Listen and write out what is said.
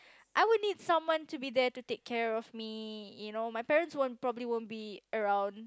I would need someone to be there to take care of me you know my parents won't probably won't be around